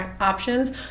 options